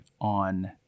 on